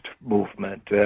movement